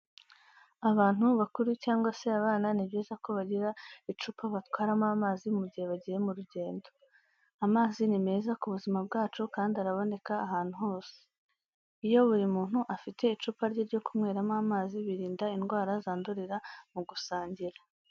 Abantu bakuru cyangwa se abana ni byiza ko bagira icupa batwaramo amazi mu gihe bagiye mu rugendo. Amazi ni meza ku buzima bwacu kandi araboneka ahantu hose. Iyo buri muntu afite icupa rye ryo kunyweramo amazi birinda indwara zandurira mu gusangira.